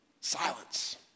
Silence